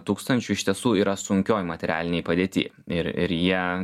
tūkstančių iš tiesų yra sunkioj materialinėj padėty ir ir jie